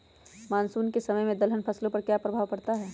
Monsoon के समय में दलहन फसलो पर क्या प्रभाव पड़ता हैँ?